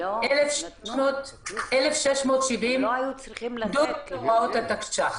1,670 עמדו בהוראות התקש"ח,